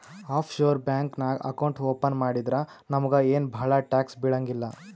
of sure bank ನಾಗ್ account open ಮಾಡಿದ್ರ ನಮುಗ ಏನ್ ಭಾಳ ಟ್ಯಾಕ್ಸ್ ಬೀಳಂಗಿಲ್ಲ